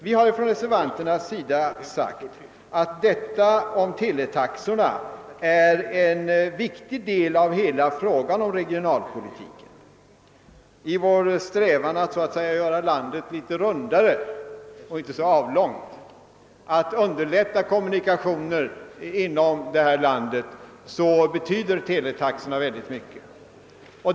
Vi reservanter har framhållit att teletaxorna är en viktig del av hela frågan om regionalpolitiken. I vår strävan att så att säga göra landet litet rundare genom att underlätta kommunikationerna inom landet betyder teletaxan mycket.